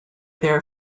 their